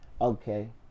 Okay